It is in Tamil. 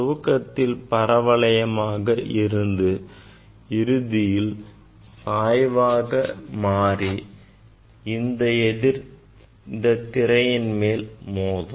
துவக்கத்தில் பரவளையமாக இருந்து இறுதியில் சாய்வாக மாறி இந்த திரையின் மேல் மோதும்